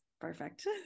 perfect